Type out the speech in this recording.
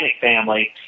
family